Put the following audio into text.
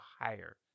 higher